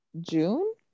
june